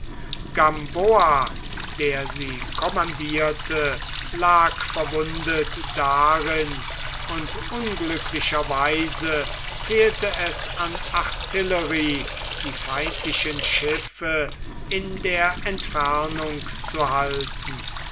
gamboa der sie kommandierte lag verwundet darin und unglücklicherweise fehlte es an artillerie die feindlichen schiffe in der entfernung zu halten